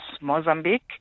Mozambique